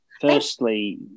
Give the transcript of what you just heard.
Firstly